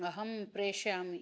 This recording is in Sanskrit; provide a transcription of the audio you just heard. अहं प्रेषयामि